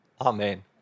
Amen